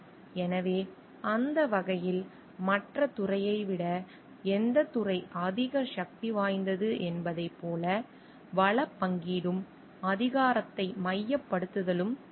எனவே அந்த வகையில் மற்ற துறையை விட எந்தத் துறை அதிக சக்தி வாய்ந்தது என்பதைப் போல வளப் பங்கீடும் அதிகாரத்தை மையப்படுத்துதலும் இருக்கும்